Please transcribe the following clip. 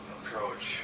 approach